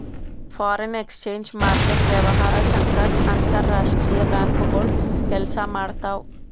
foreign exchange market ವ್ಯವಹಾರ್ ಸಂಗಟ್ ಅಂತರ್ ರಾಷ್ತ್ರೀಯ ಬ್ಯಾಂಕ್ಗೋಳು ಕೆಲ್ಸ ಮಾಡ್ತಾವ್